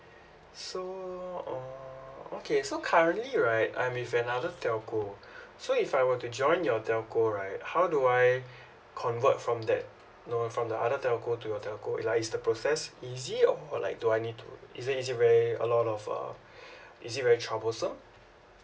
so uh okay so currently right I'm with another telco so if I were to join your telco right how do I convert from that know from the other telco to your telco like is the process easy or like do I need to is it is it very a lot of uh is it very troublesome